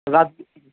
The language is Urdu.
رات